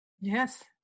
Yes